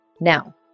Now